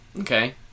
Okay